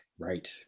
Right